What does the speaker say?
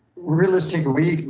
realistically,